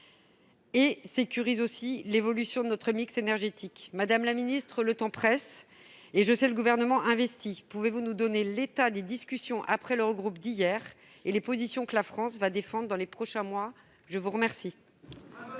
et sécurise l'évolution de notre mix énergétique. Madame la ministre, le temps presse. Je sais le Gouvernement investi. Pouvez-vous nous donner l'état des discussions après l'Eurogroupe d'hier et les positions que la France défendra dans les prochains mois ? Très bonne